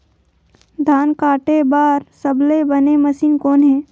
धान काटे बार सबले बने मशीन कोन हे?